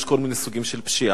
יש כל מיני סוגים של פשיעה.